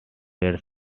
were